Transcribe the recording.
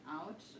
out